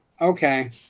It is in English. okay